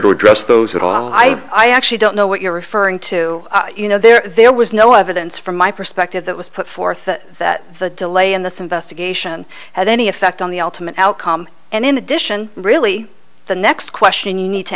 are i i actually don't know what you're referring to you know there there was no evidence from my perspective that was put forth that the delay in this investigation had any effect on the ultimate outcome and in addition really the next question you need to